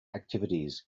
activities